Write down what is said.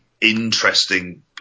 interesting